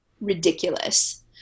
ridiculous